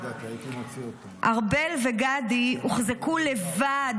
ארבל וגדי הוחזקו לבד,